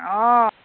অঁ